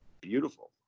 Beautiful